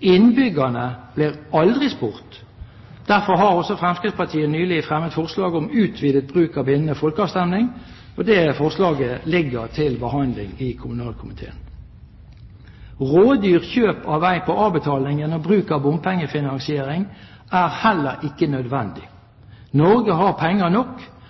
Innbyggerne blir aldri spurt. Derfor har Fremskrittspartiet nylig fremmet forslag om utvidet bruk av bindende folkeavstemning. Forslaget ligger til behandling i kommunalkomiteen. Rådyrt kjøp av vei på avbetaling gjennom bruk av bompengefinansiering er heller ikke nødvendig. Norge har penger nok.